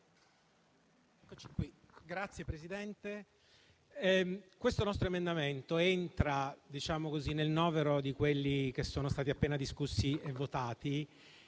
questo nostro emendamento entra nel novero di quelli che sono stati appena discussi e votati,